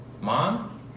Mom